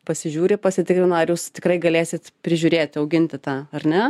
pasižiūri pasitikrina ar jūs tikrai galėsit prižiūrėti auginti tą ar ne